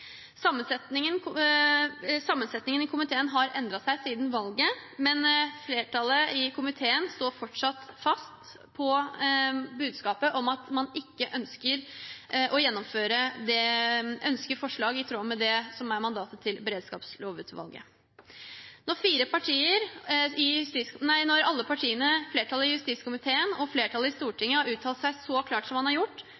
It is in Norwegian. Sammensetningen i komiteen har endret seg siden valget, men flertallet i komiteen står fortsatt fast på budskapet om at man ikke ønsker forslag i tråd med det som er mandatet til beredskapslovutvalget. Når alle partiene, flertallet i justiskomiteen og flertallet i